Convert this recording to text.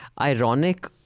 ironic